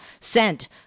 sent